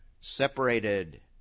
separated